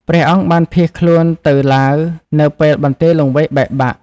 ព្រះអង្គបានភៀសខ្លួនទៅឡាវនៅពេលបន្ទាយលង្វែកបែកបាក់។